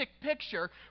picture